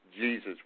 Jesus